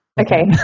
okay